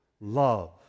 love